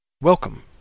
Welcome